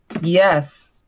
yes